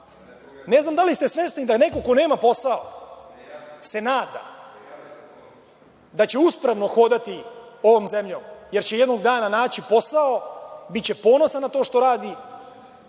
Ne znam da li ste svesni da neko ko nema posao se nada da će uspravno hodati ovom zemljom jer će jednog dana naći posao, biće ponosan na to što radi,